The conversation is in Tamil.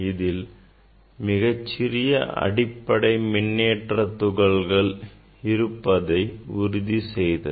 அதில் மிகச் சிறிய அடிப்படை மின்னேற்ற துகள்கள் இருப்பதை உறுதி செய்தது